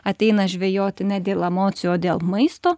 ateina žvejoti ne dėl emocijų o dėl maisto